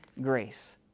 grace